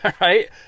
right